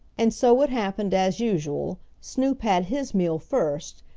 and so it happened, as usual, snoop had his meal first,